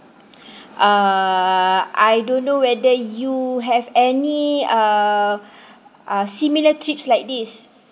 uh I don't know whether you have any uh uh similar trips like this